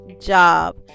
job